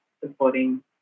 supporting